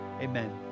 amen